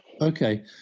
Okay